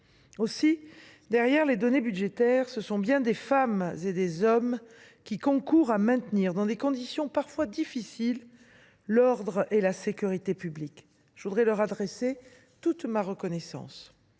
Aussi, derrière les données budgétaires, ce sont bien des femmes et des hommes qui concourent à maintenir, dans des conditions parfois difficiles, l’ordre et la sécurité publique. Je leur adresse toute ma reconnaissance.